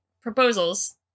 proposals